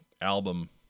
album